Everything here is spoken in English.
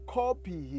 copy